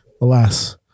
alas